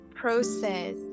process